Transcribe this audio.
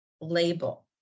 label